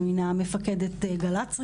שמינה מפקדת גל"צ ראשנה,